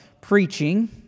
preaching